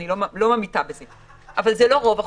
אני לא ממעיטה בזה, אבל זה לא רוב החולים.